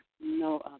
No